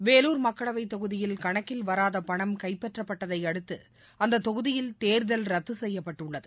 வேறுர் மக்களவைத் தொகுதியில் கணக்கில் வராதபணம் கைப்பற்றப்பட்டதைஅடுத்துஅ்நததொகுதியில் தேர்தல் ரத்துசெய்யப்பட்டள்ளது